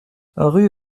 rue